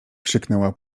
krzyknęła